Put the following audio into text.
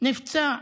נפצע